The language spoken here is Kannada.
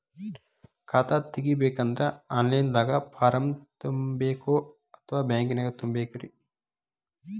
ಖಾತಾ ತೆಗಿಬೇಕಂದ್ರ ಆನ್ ಲೈನ್ ದಾಗ ಫಾರಂ ತುಂಬೇಕೊ ಅಥವಾ ಬ್ಯಾಂಕನ್ಯಾಗ ತುಂಬ ಬೇಕ್ರಿ?